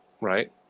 Right